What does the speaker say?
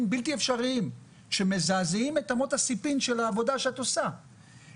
בלתי אפשריים שמזעזעים את אמות הספים של העבודה שאת עושה,